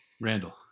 Randall